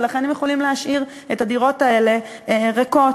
ולכן יכולים להשאיר את הדירות האלה ריקות.